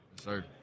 sir